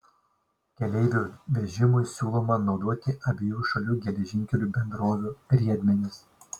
keleivių vežimui siūloma naudoti abiejų šalių geležinkelių bendrovių riedmenis